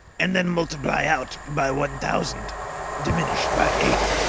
and then multiply out by one thousand diminished by eight.